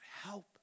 help